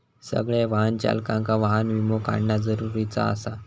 सगळ्या वाहन चालकांका वाहन विमो काढणा जरुरीचा आसा